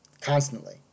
constantly